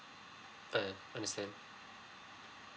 err understand